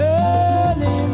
early